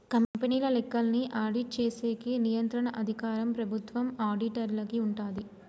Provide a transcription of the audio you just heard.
కంపెనీల లెక్కల్ని ఆడిట్ చేసేకి నియంత్రణ అధికారం ప్రభుత్వం ఆడిటర్లకి ఉంటాది